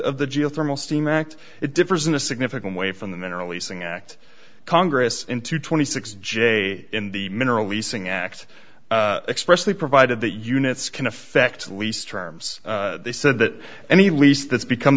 of the geothermal steam act it differs in a significant way from the mineral leasing act congress into twenty six j in the mineral leasing act expressly provided that units can affect lease terms they said that any lease that's become